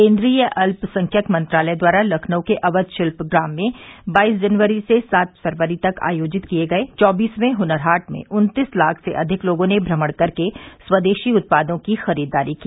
केन्द्रीय अल्पसंख्यक मंत्रालय द्वारा लखनऊ के अवध शिल्प ग्राम में बाईस जनवरी से सात फरवरी तक आयोजित किये गये चौबीसवें हनर हॉट में उन्तीस लाख से अधिक लोगों ने भ्रमण कर स्वदेशी उत्पादों की खरीददारी की